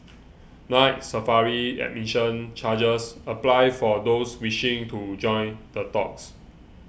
Night Safari admission charges apply for those wishing to join the talks